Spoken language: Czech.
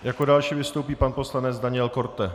Jako další vystoupí pan poslanec Daniel Korte.